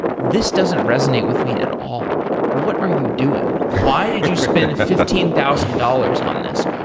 this doesn't resonate with me at all. what are you doing? why did you spend fifteen thousand dollars on this?